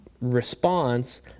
response